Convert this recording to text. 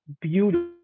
beautiful